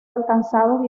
alcanzados